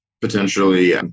potentially